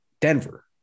Denver